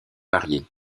variées